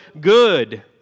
good